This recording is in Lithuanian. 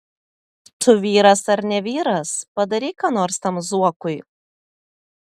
tu vyras ar ne vyras padaryk ką nors tam zuokui